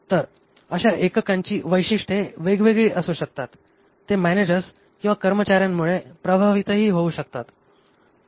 तर अशा एककांची वैशिष्ठे वेगवेगळी असू शकतात ते मॅनेजर्स किंवा कर्मचाऱ्यांमुले प्रभावितही होऊ शकतात